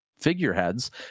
figureheads